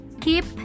keep